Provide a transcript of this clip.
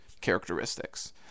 characteristics